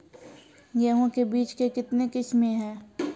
गेहूँ के बीज के कितने किसमें है?